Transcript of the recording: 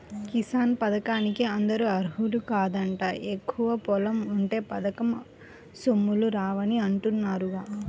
కిసాన్ పథకానికి అందరూ అర్హులు కాదంట, ఎక్కువ పొలం ఉంటే పథకం సొమ్ములు రావని అంటున్నారుగా